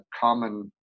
common